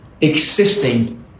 existing